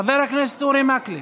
חבר הכנסת אורי מקלב.